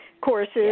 courses